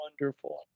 wonderful